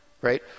Right